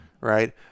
right